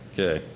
Okay